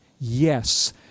yes